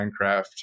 Minecraft